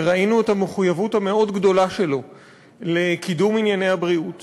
וראינו את המחויבות המאוד-גדולה שלו לקידום ענייני הבריאות